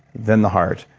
then the heart,